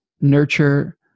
nurture